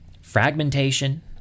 fragmentation